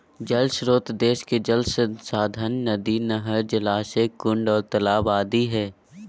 जल श्रोत देश के जल संसाधन नदी, नहर, जलाशय, कुंड आर तालाब आदि हई